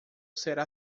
será